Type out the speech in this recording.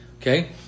Okay